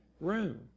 room